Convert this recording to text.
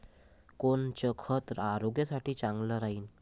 कोनचं खत आरोग्यासाठी चांगलं राहीन?